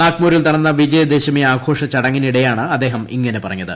നാഗ്പൂരിൽ നടന്ന വിജയദശമി ആഘോഷ ചടങ്ങിനിടെയാണ് അദ്ദേഹം ഇങ്ങനെ പറഞ്ഞത്